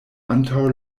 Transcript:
antaŭ